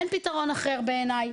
אין פתרון אחר בעיניי.